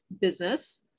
business